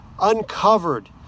uncovered